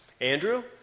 Andrew